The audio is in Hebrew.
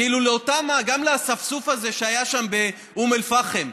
גם לאספסוף הזה שהיה שם באום אל-פחם,